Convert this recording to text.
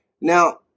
Now